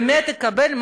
באמת יקבל,